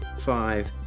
Five